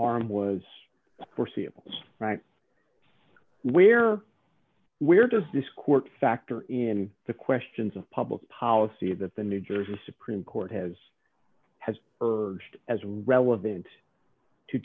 harm was foreseeable where or where does this court factor in the questions of public policy that the new jersey supreme court has has urged as relevant to